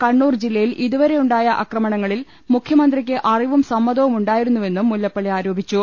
കണ്ണൂർ ജില്ലയിൽ ഇതുവരെയുണ്ടായ ആക്രമണങ്ങളിൽ മുഖ്യമന്ത്രിക്ക് അറിവും സമ്മതവും ഉണ്ടായിരുന്നുവെന്നും മുല്ല പ്പള്ളി ആരോപിച്ചു